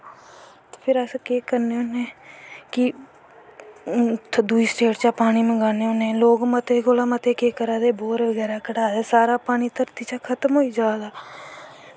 फिर अस केह् करनें होनें कि उत्थें दुई स्टेट कोला दा पानी मंगवानें लोग केह् करा दा कि लोग मते केह् करा दे कि बोर बगैरा कढा दे सारा पानी धरती चा खत्म होई जा दा